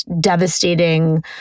devastating